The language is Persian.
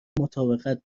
مطابقت